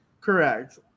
Correct